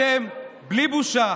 אתם בלי בושה